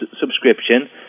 subscription